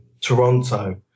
Toronto